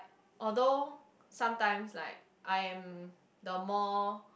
although sometimes like I am the more